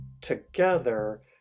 together